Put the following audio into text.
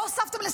לא פרסמתם על זה,